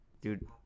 Dude